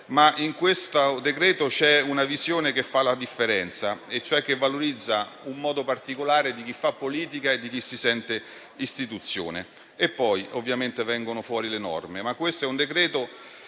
In questo decreto, però, c'è una visione che fa la differenza e valorizza un modo particolare di chi fa politica e di chi si sente istituzione. Poi, ovviamente, vengono fuori le norme.